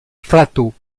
frato